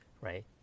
right